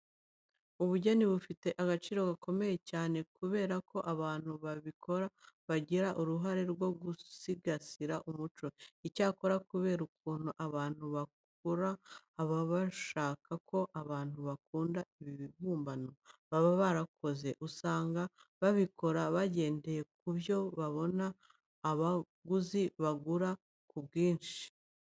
Ubugeni bufite agaciro gakomeye cyane kubera ko abantu babikora bagira uruhare rwo gusigasira umuco. Icyakora kubera ukuntu abantu babukora baba bashaka ko abantu bakunda ibibumbano baba bakoze, usanga babikora bagendeye ku byo babona abaguzi bagura ku bwinshi.